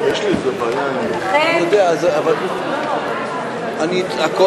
אבל לעומת זאת יש לנו פיצול.